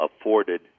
afforded